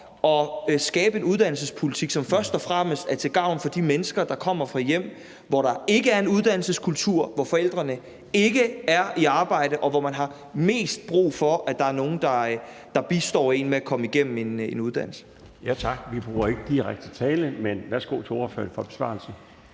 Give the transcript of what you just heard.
at skabe en uddannelsespolitik, som først og fremmest er til gavn for de mennesker, der kommer fra hjem, hvor der ikke er en uddannelseskultur, hvor forældrene ikke er i arbejde, og hvor man har mest brug for, at der er nogle, der bistår en med at komme igennem en uddannelse. Kl. 21:11 Den fg. formand (Bjarne Laustsen): Tak. Vi bruger